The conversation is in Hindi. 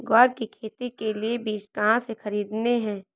ग्वार की खेती के लिए बीज कहाँ से खरीदने हैं?